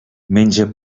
menja